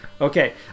Okay